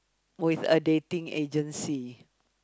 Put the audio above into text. with a dating agency